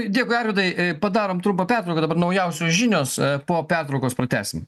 dėkui arvydai padarom trumpą pertrauką dabar naujausios žinios po pertraukos pratęsim